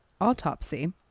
autopsy